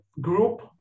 group